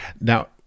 now